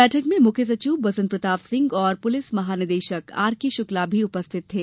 बैठक में मुख्य सचिव बीपी सिंह और पुलिस महानिदेशक आरके शुक्ला भी उपस्थित थे